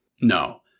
No